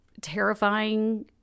terrifying